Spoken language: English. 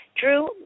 Drew